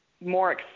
more